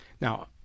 Now –